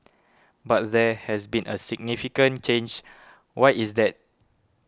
but there has been a significant change why is that